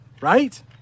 right